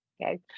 Okay